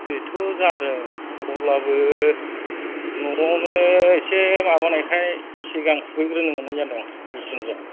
बेथ' जादों अब्लाबो नआवनो एसे माबानायखाय सिगां खुबैग्रोनो मोन्नाय जादों मिसिनजों